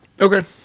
Okay